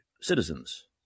citizens